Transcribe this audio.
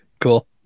cool